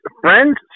friend's